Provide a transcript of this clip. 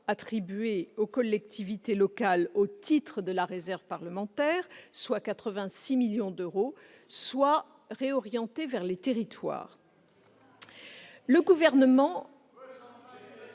attribué aux collectivités locales au titre de la réserve parlementaire, soit 86 millions d'euros, soit réorienté vers les territoires.